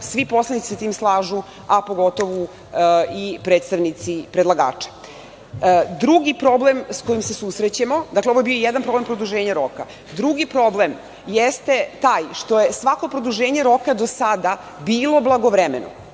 svi poslanici sa tim slažu, a pogotovo i predstavnici predlagača. Drugi problem sa kojim se susrećemo, dakle, ovo je bio jedan problem produženja roka, drugi problem jeste taj što je svako produženje roka do sada bilo blagovremeno.